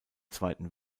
zweiten